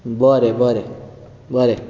बरें बरें बरें